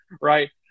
right